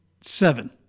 seven